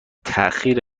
تاخیر